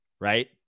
right